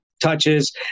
touches